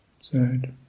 sad